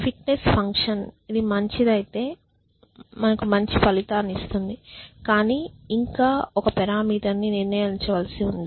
fitness function అది మంచిదైతే మంచి పని చేస్తుంది కాని ఇంకా ఒక పారామీటర్ని నిర్ణయించవలసి ఉంది